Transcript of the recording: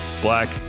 Black